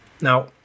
Now